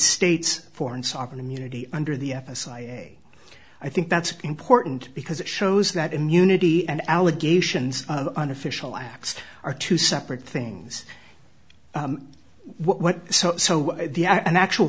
state's foreign sovereign immunity under the episode i think that's important because it shows that immunity and allegations of unofficial acts are two separate things what so so the actual